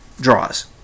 draws